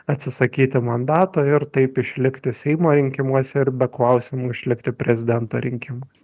atsisakyti mandato ir taip išlikti seimo rinkimuose ir be klausimu išlikti prezidento rinkimuose